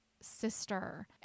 sister